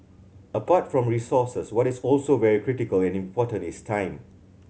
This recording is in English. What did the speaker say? apart from resources what is also very critical and important is time